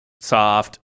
Soft